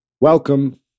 Welcome